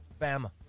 Bama